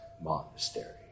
monastery